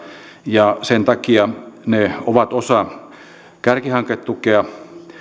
ja sen takia ne ovat osa kärkihanketukea